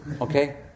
okay